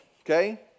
okay